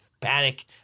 panic